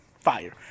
Fire